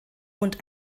und